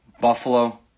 Buffalo